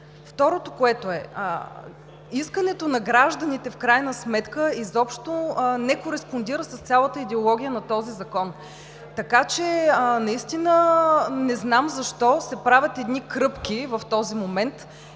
Второ, искането на гражданите в крайна сметка изобщо не кореспондира с цялата идеология на този закон. Наистина не знам защо се правят едни кръпки в този момент?!